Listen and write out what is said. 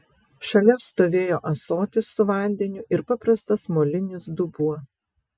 šalia stovėjo ąsotis su vandeniu ir paprastas molinis dubuo